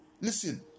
Listen